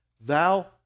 thou